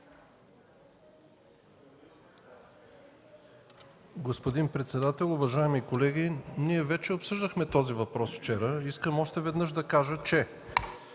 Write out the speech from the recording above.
Господин председател, уважаеми колеги, ние вече обсъждахме този въпрос вчера. Искам още веднъж да кажа, че